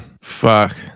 Fuck